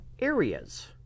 areas